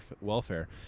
welfare